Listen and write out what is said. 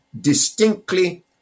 distinctly